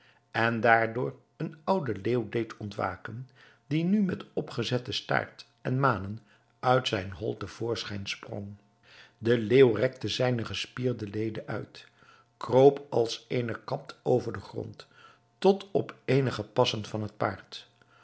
en daardoor een ouden leeuw deed ontwaken die nu met opgezette staart en manen uit zijn hol te voorschijn sprong de leeuw rekte zijne gespierde leden uit kroop als eene kat over den grond tot op eenige passen van het paard